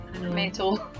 metal